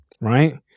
right